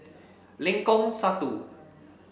Lengkong Satu